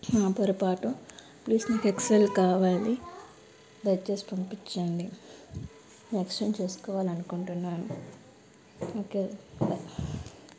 పొరపాటు ప్లీస్ నాకు ఎక్స్ఎల్ కావాలి దయచేసి పంపించండి ఎక్స్చేంజ్ చేసుకోవాలి అనుకుంటున్నాను ఓకే బాయ్